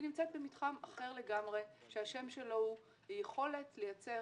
היא נמצאת במתחם אחר לגמרי שהשם שלו הוא יכולת לייצר